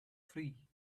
free